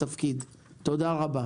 תודה רבה.